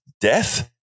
death